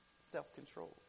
self-control